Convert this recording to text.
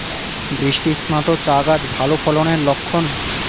বৃষ্টিস্নাত চা গাছ ভালো ফলনের লক্ষন